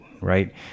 Right